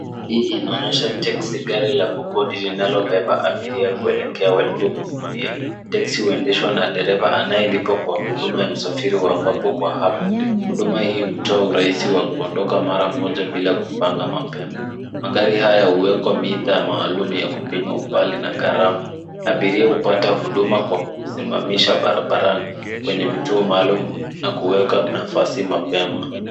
Hii inaonyesha teksi gari la kukodi linalobeba abiria kuelekea walikokusudia. Huduma hii hutoa urahisi wa kuondoka mara moja bila kupanga mapema. Mandhari haya huwekwa mita maalum ya kupima umbali na gharama. Abiria hupata huduma kwa kusimamisha barabarani kwenye vituo maalum na kuweka nafasi mapema.